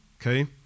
Okay